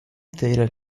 theta